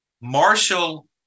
Marshall